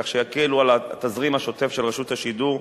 כך שיקלו את התזרים השוטף של רשות השידור,